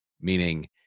Meaning